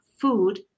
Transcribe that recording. food